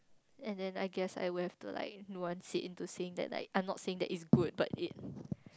and then I guess I will have to like no one sit into sink then like I'm not saying that it's good but it